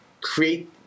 create